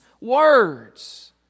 words